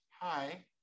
Hi